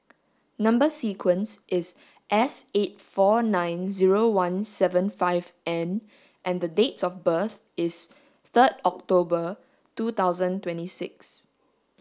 number sequence is S eight four nine zero one seven five N and the date of birth is third October two thousand twenty six